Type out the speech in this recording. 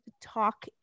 talk